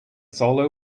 solo